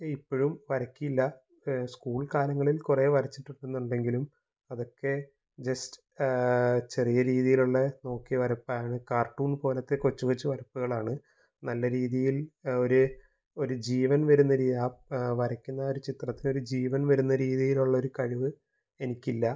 ഈ ഇപ്പോഴും വരയ്ക്കില്ല സ്കൂൾ കാലങ്ങളിൽ കുറേ വരച്ചിട്ടിരുന്നുണ്ടെങ്കിലും അതൊക്കെ ജെസ്റ്റ് ചെറിയ രീതിയിലുള്ള നോക്കി വരപ്പാണ് കാർട്ടൂൺ പോലത്തെ കൊച്ച് കൊച്ച് വരപ്പുകളാണ് നല്ല രീതിയിൽ ഒരു ജീവൻ വരുന്ന ആ വരയ്ക്കുന്ന ചിത്രത്തിനൊരു ജീവൻ വരുന്ന രീതിയിലുള്ളൊരു കഴിവ് എനിക്കില്ല